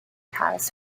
has